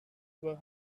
were